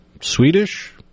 Swedish